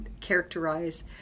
characterize